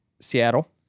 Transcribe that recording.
Seattle